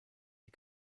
die